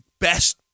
best